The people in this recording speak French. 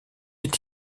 est